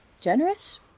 generous